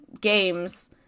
games